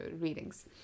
readings